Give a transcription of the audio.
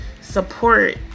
support